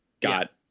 got